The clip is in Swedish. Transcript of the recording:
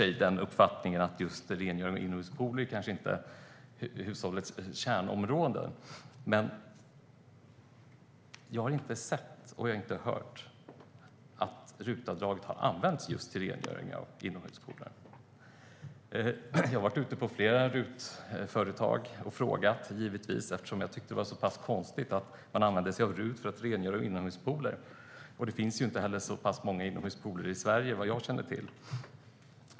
Jag delar uppfattningen att just rengöring av inomhuspooler inte utgör något kärnområde. Men jag har inte sett och inte hört att RUT-avdraget har använts för rengöring av inomhuspooler. Jag har varit ute på flera RUT-företag och frågat om detta, eftersom jag tyckte att det var konstigt att man använde sig av RUT för rengöring av inomhuspooler. Det finns ju inte heller så många inomhuspooler i Sverige, såvitt jag känner till.